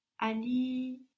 Ali